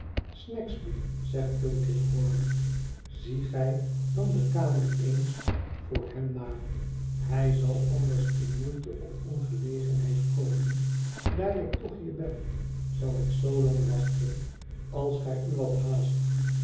snagsby zegt tulkinghorn zie gij dan de kamer eens voor hem na hij zal anders in moeite of ongelegenheid komen daar ik toch hier ben zal ik zoolang wachten als gij u wat haast